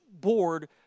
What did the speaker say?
board